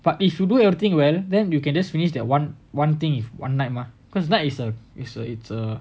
but if you do everything well then you can just finish that one one thing in one night mah because night is a it's a